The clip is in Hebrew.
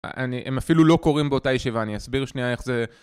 הם אפילו לא קוראים באותה ישיבה, אני אסביר שנייה איך זה...